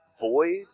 void